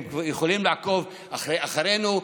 הם יכולים לעקוב אחרינו,